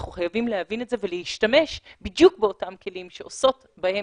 אנחנו חייבים להבין את זה ולהשתמש בדיוק באותם כלים שעושות בהם